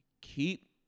keep